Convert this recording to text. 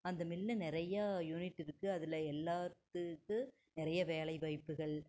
அந்த மில்லில் நிறையா யூனிட் இருக்குது அதில் எல்லாத்துக்கும் நிறைய வேலை வாய்ப்புகள்